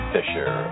Fisher